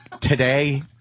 today